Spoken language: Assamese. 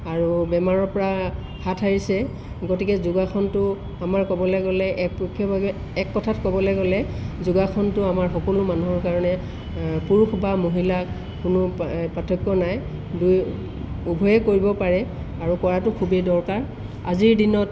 আৰু বেমাৰৰ পৰা হাত সাৰিছে গতিকে যোগাসনটো আমাৰ ক'বলৈ গ'লে একপক্ষীয়ভাৱে এক কথাত ক'বলৈ গ'লে যোগাসনটো আমাৰ সকলো মানুহৰ কাৰণে পুৰুষ বা মহিলা কোনো পাৰ্থক্য নাই দুয়ো উভয়ে কৰিব পাৰে আৰু কৰাতো খুবেই দৰকাৰ আজিৰ দিনত